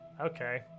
Okay